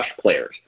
players